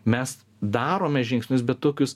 mes darome žingsnius bet tokius